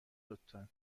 لطفا